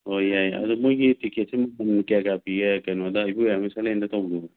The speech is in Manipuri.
ꯑꯣ ꯌꯥꯏ ꯑꯗꯣ ꯃꯣꯏꯒꯤ ꯇꯤꯛꯀꯦꯠꯁꯦ ꯃꯃꯟ ꯀꯌꯥ ꯀꯌꯥ ꯄꯤꯒꯦ ꯀꯩꯅꯣꯗ ꯏꯕꯣꯌꯥꯏꯃ ꯁꯪꯂꯦꯟꯗ ꯇꯧꯕꯗꯨꯕꯨ